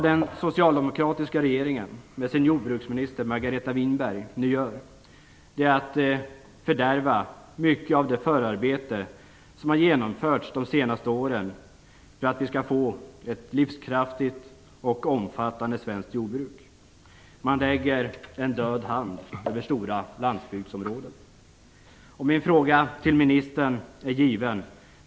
Den socialdemokratiska regeringen - med sin jordbruksminister Margareta Winberg - fördärvar nu mycket av det förarbete som har genomförts under de senaste åren för att vi skall få ett livskraftigt och omfattande svenskt jordbruk. Man lägger en död hand över stora landsbygdsområden. Min fråga till ministern är given.